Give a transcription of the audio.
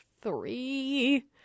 three